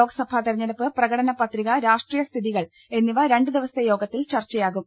ലോക്സഭാ തെരഞ്ഞെടുപ്പ് പ്രകടന പത്രിക രാഷ്ട്രീയ സ്ഥിതികൾ എന്നിവർ ദിവസത്തെ യോഗത്തിൽ ചർച്ചയാകും